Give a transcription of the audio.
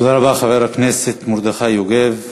תודה רבה, חבר הכנסת מרדכי יוגב.